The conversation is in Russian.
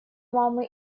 мамы